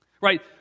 right